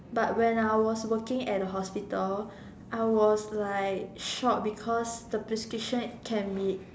but when I was working at the hospital I was like shocked because the prescription can be